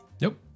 Nope